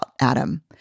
Adam